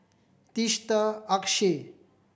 Teesta Akshay